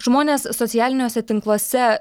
žmonės socialiniuose tinkluose